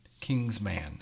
Kingsman